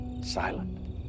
silent